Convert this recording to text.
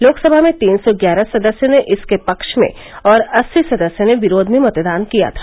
लोकसभा में तीन सौ ग्यारह सदस्यों ने इस के पक्ष में और अस्सी सदस्यों ने विरोध में मतदान किया था